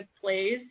plays